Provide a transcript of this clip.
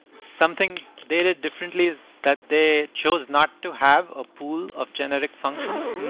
something they did differently is that they chose not to have a pool of genetic functions,